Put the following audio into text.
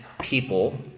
people